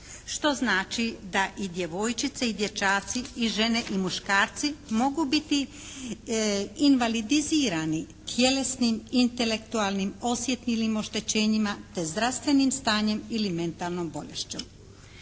što znači da i djevojčice i dječaci i žene i muškarci mogu biti invalidizirani tjelesnim, intelektualnim, osjetilnim oštećenjima te zdravstvenim stanjem ili mentalnom bolešću.